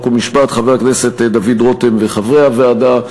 חוק ומשפט חבר הכנסת דוד רותם ולחברי הוועדה,